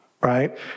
right